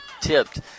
tipped